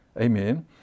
Amen